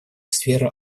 сферы